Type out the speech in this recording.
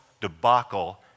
debacle